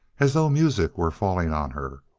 as though music were falling on her,